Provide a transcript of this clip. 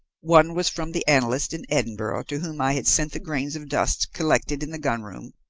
one was from the analyst in edinburgh to whom i had sent the grains of dust collected in the gun-room,